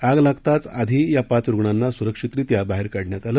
आग लागताच आधी या पाच रूग्णांना सुरक्षितरित्या बाहेर काढण्यात आलं